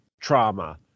trauma